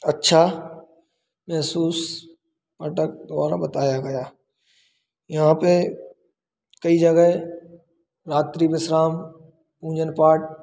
अच्छा महसूस अडक द्वारा बताया गया यहाँ पर कई जगह रात्री विश्राम पूजन पाठ